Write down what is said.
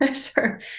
Sure